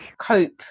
cope